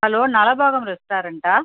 hello Nalabagam ரெஸ்டாரண்ட்டா